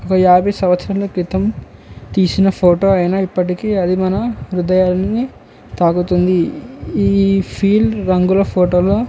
ఒక యాభై సంవత్సరంలో క్రితం తీసిన ఫోటో అయినా ఇప్పటికీ అది మన హృదయాలని తాకుతుంది ఈ ఫీల్ రంగుల ఫోటోలో